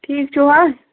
ٹھیٖک چھُوا